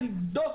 הוועדה,